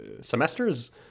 semesters